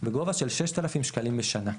בגובה של 6,000 שקלים לשנה.